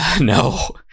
no